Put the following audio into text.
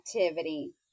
activity